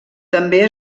també